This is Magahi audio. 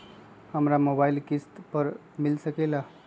हमरा मोबाइल किस्त पर मिल सकेला?